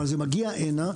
אבל היא מגיעה הנה,